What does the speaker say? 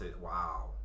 Wow